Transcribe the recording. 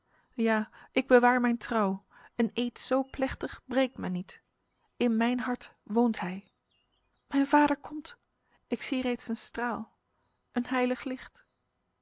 ja ik bewaar mijn trouw een eed zo plechtig breekt men niet in mijn hart woont hij mijn vader komt ik zie reeds een straal een heilig licht